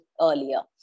earlier